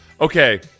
Okay